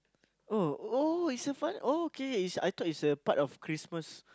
oh oh is a fun okay is I thought is a part of Christmas